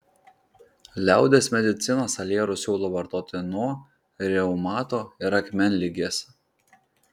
liaudies medicina salierus siūlo vartoti nuo reumato ir akmenligės